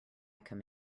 come